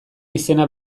izena